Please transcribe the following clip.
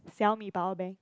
Xiaomi power bank